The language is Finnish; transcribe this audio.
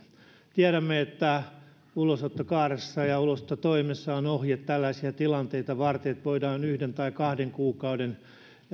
tiedämme että ulosottokaaressa ja ja ulosottotoimessa on ohje tällaisia tilanteita varten että voidaan yhden tai kahden kuukauden